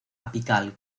apical